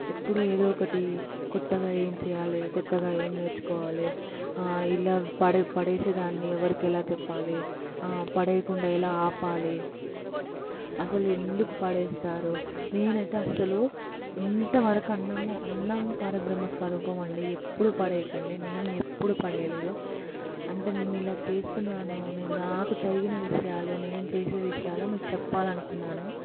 ఎప్పుడు ఏదో ఒకటి కొత్తగా ఏం చేయాలి కొత్తగా ఏం నేర్చుకోవాలి ఇలా పడేసే దాన్ని ఎవరికెలా చెప్పాలి పడేయకుండా ఎలా ఆపాలి అసలు ఎందుకు పడేస్తారో నేనైతే అసలు ఇంతవరకు అన్నం అన్నం పరబ్రహ్మ స్వరూపం అండి ఎప్పుడు పడేయకండి నేను ఎప్పుడు పడేయలేదు అంటే నేను ఇలా చేస్తున్నాను నేను నాకు జరిగిన విషయాలు నేను చేసే విషయాలు మీకు చెప్పాలనుకున్నాను